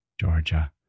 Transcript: Georgia